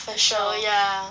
official ya